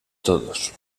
todos